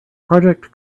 project